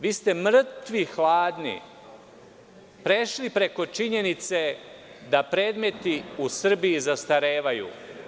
Vi ste mrtvi hladni prešli preko činjenice da predmeti u Srbiji zastarevaju.